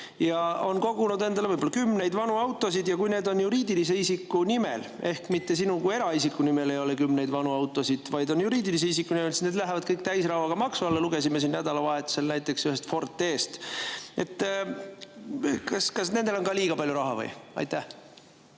ja on kogunud endale võib-olla kümneid vanu autosid, ja kui need on juriidilise isiku nimel – mitte eraisiku nimel, vaid juriidilise isiku nimel –, siis need lähevad kõik täie rauaga maksu alla. Lugesime nädalavahetusel näiteks ühest Ford T‑st. Kas nendel on ka liiga palju raha või? Aitäh!